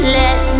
let